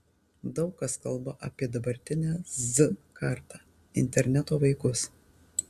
daug kas kalba apie dabartinę z kartą interneto vaikus